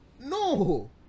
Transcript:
No